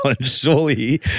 surely